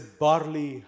barley